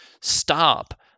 stop